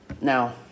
now